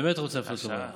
באמת רוצה לפתור את הבעיה.